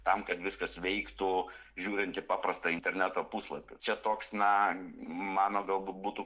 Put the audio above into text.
tam kad viskas veiktų žiūrint į paprastą interneto puslapį čia toks na mano galbūt būtų